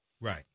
Right